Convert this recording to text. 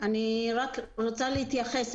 אני רק רוצה להתייחס.